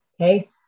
okay